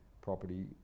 property